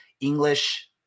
English